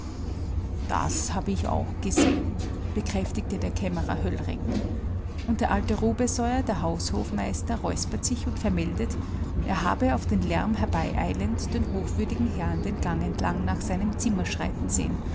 das habe ich auch gesehen bekräftigte der kämmerer höllring und der alte rubesoier der haushofmeister räuspert sich und vermeldet er habe auf den lärm herbeieilend den hochwürdigen herrn den gang entlang nach seinem zimmer schreiten sehen